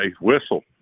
whistle